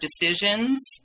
decisions